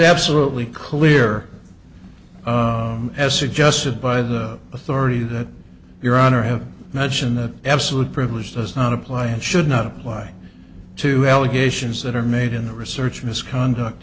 absolutely clear as suggested by the authority that your honor i have mentioned that absolute privilege does not apply and should not apply to allegations that are made in the research misconduct